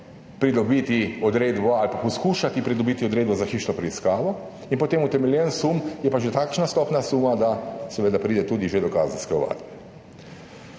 pridobiti odredbo ali pa poskušati pridobiti odredbo za hišno preiskavo. Utemeljen sum je pa že takšna stopnja suma, da seveda pride tudi že do kazenske